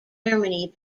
germany